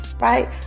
Right